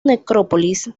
necrópolis